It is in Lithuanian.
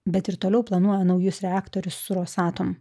bet ir toliau planuoja naujus reaktorius su rosatom